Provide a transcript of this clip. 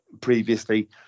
previously